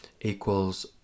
equals